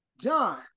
John